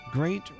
Great